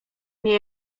mnie